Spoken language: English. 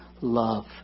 love